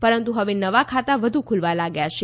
પરંતુ હવે નવા ખાતાં વધુ ખુલવા લાગ્યા છે